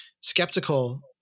skeptical